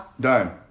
Done